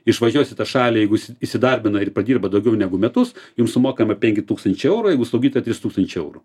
išvažiuos į tą šalį jeigu jis įsidarbina ir padirba daugiau negu metus jam sumokama penki tūkstančiai eurų jeigu slaugytoja trys tūkstančiai eurų